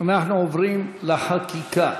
אנחנו עוברים לחקיקה.